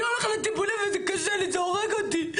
אני הולך לטיפולים וזה קשה לי, זה הורג אותי.